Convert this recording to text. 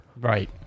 right